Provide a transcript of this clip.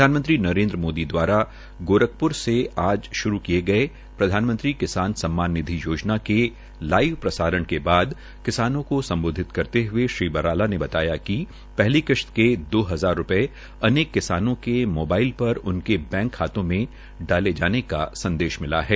प्रधानमंत्री नरेन्द्र मोदी द्वारा गोरखप्र से आज श्रू किये गये प्रधानमंत्री किसान सम्मान निधि योजना के लाइव प्रसारण के बाद किसानों को सम्बोधित करते हये श्री बराला ने बताया कि पहली किश्त के दो हजार रूपये अनेक किसानों मोबाइल पर उनके बैंक खातों में डाले जाने का संदेश मिला है